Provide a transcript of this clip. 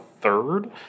third